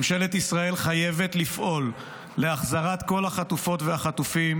ממשלת ישראל חייבת לפעול להחזרת כל החטופות והחטופים,